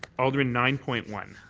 alderman nine point one.